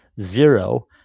zero